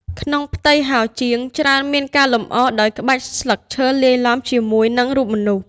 ក្នុងផ្ទៃហោជាង ច្រើនមានការលម្អដោយ ក្បាច់ស្លឹកឈើលាយឡំ ជាមួយនឹងរូបមនុស្ស។